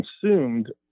consumed